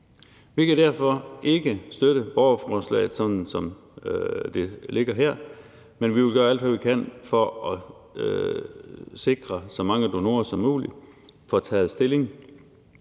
Vi kan derfor ikke støtte borgerforslaget, sådan som det ligger her, men vi vil gøre alt, hvad vi kan, for at sikre, at så mange potentielle donorer som muligt får taget stilling,